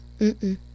Mm-mm